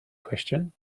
question